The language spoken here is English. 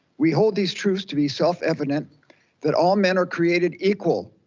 we hold these truths to be self evident that all men are created equal.